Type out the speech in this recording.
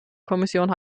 kommission